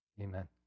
Amen